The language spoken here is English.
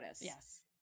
Yes